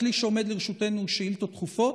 הכלי שעומד לרשותנו הוא שאילתות דחופות.